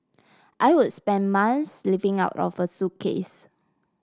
I would spend months living out of a suitcase